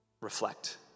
reflect